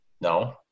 No